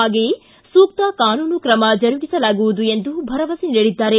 ಹಾಗೆಯೇ ಸೂಕ್ತ ಕಾನೂನು ಕ್ರಮ ಜರುಗಿಸಲಾಗುವುದು ಎಂದು ಭರವಸೆ ನೀಡಿದ್ದಾರೆ